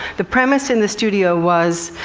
the premise in the studio was,